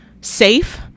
safe